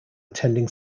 attending